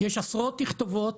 יש עשרות תכתובות,